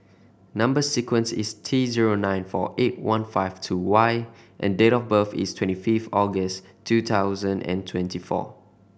number sequence is T zero nine four eight one five two Y and date of birth is twenty fifth August two thousand and twenty four